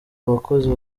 abakozi